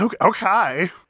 Okay